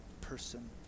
person